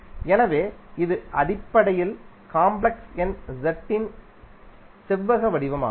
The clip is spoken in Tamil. எனவே இது அடிப்படையில் காம்ப்ளெக்ஸ் எண் z இன் செவ்வக வடிவமாகும்